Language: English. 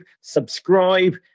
subscribe